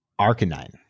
Arcanine